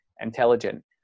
intelligent